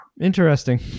interesting